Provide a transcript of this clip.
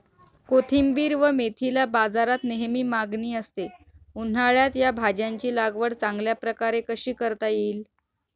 कोथिंबिर व मेथीला बाजारात नेहमी मागणी असते, उन्हाळ्यात या भाज्यांची लागवड चांगल्या प्रकारे कशी करता येईल?